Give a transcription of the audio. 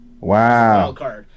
wow